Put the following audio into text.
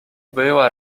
była